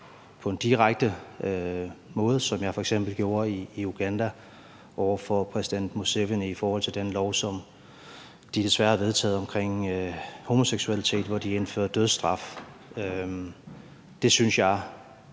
på en direkte måde, som jeg f.eks. gjorde i Uganda over for præsident Museveni i forhold til den lov, som de desværre har vedtaget omkring homoseksualitet, hvor de indfører dødsstraf. Det synes jeg var